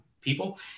people